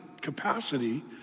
capacity